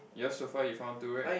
yours so far you found two right